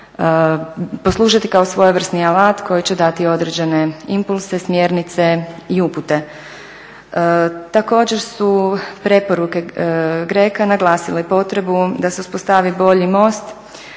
poslužiti kao svojevrsni alat koji će dati određene impulse, smjernice i upute. Također su preporuke GRECO-a naglasile potrebu da se uspostavi bolji most